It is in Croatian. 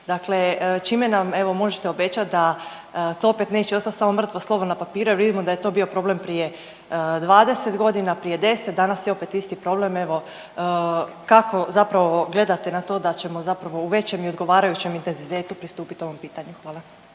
Dakle čime nam evo možete obećat da to opet neće ostat samo mrtvo slovo na papiru jer vidimo da je to bio problem prije 20.g., prije 10, danas je opet isti problem, evo kako zapravo gledate na to da ćemo zapravo u većem i ogovarajućem intenzitetu pristupit ovom pitanju? Hvala.